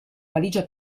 valigia